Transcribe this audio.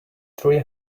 three